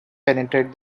penetrate